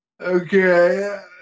okay